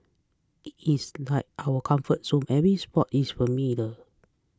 it is like our comfort zone every spot is familiar